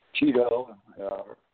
Cheeto